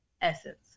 essence